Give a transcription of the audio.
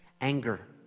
anger